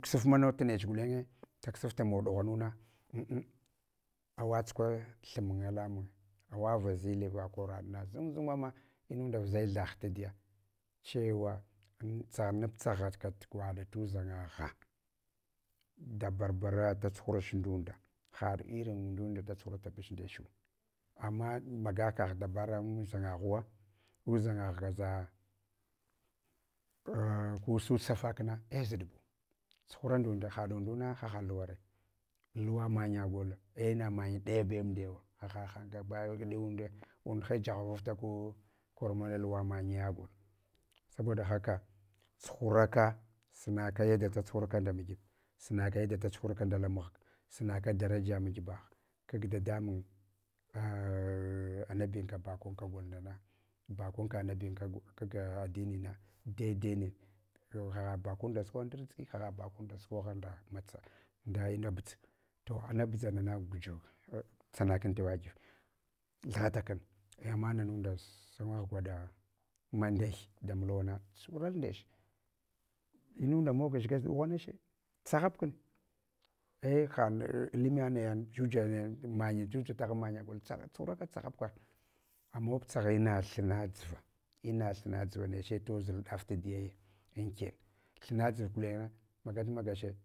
Ksafmanawa tunech gulenye, daksafta mawa ɗughanuna awatsukwa thumyi, alamun awa vazille va koraɗ na zung zunga ma inunda vuzai thah tadiya, chewa an tsagha nap tsaghakat gwaɗa luɗzangagha, dabarbara da chuhurach ndunda, haɗ irin undunda da tsuhuratabach indechu, ama maga kagh dabara an mudzangaghuwa, udzangagh gaza a kusutsafkna, ei zuɗbu tsuhura ndunda haɗ unchina ha luwale, luwa manya gola ei na manya dayabe amdiyawa, haha han gabadaya unda, undhe jaha vavta ku kor mola lal luwa manya gol. Sabo da haka tsuhura ka sunaka yada da tsuhurka nda makib, sunaka yada da chuhurka ndala mahga, sunaka darasa makibagh, kag dadamun a amabinka bakon ka golnana, bakon ka anabinka kag adinina, daidaine to haha bakon da sukwagha ndarziki haha bakon da sukwagha nda matsake nda ina budza to ala budzanana gusuk tsanakun tewagive thugata kan ei mananunda sangwagh gwaɗa manɗeh da mulwana, tsuhural ndah inunda moguch dughanache tsaghabkun ei ha na illmiya naya jujanaya manya juja taghan manya gol tsuhuraka tsaghabka, amwap tsagha ina thuna dzuva ina thuna dzuva neche tozul ɗaf tadiya anken thuma dzuv gulenye magat magache.